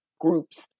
groups